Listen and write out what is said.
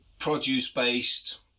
produce-based